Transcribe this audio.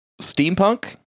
Steampunk